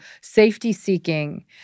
safety-seeking